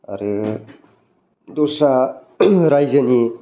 आरो दस्रा राइजोनि